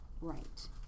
right